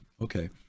Okay